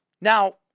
Now